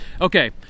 Okay